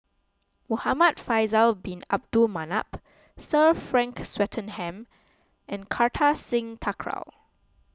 Muhamad Faisal Bin Abdul Manap Sir Frank Swettenham and Kartar Singh Thakral